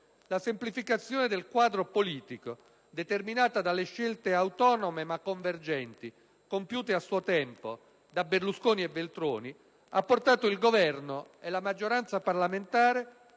La semplificazione del quadro politico, determinata dalle scelte autonome ma convergenti compiute a suo tempo da Berlusconi e Veltroni, ha portato il Governo e la maggioranza parlamentare,